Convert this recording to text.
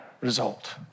result